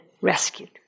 rescued